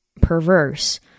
perverse